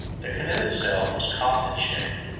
the canoe itself was coffin-shaped,